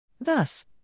Thus